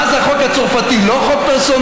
מה זה החוק הצרפתי, לא חוק פרסונלי?